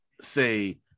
say